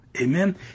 Amen